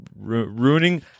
ruining